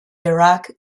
iraq